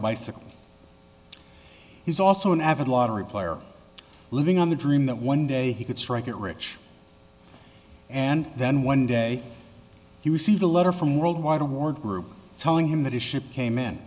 he's also an avid lottery player living on the dream that one day he could strike it rich and then one day he received a letter from worldwide award group telling him that his ship came in